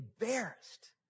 embarrassed